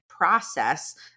process